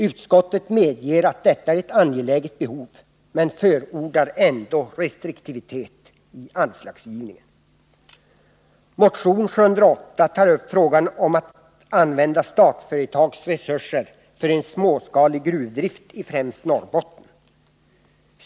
Utskottet medger att detta är ett angeläget behov men förordar ändå restriktivitet i anslagsgivningen. Motion 708 tar upp frågan om att använda Statsföretags resurser för en småskalig gruvdrift i ffrämst Norrbotten.